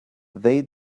they